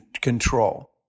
control